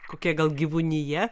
kokia gal gyvūnija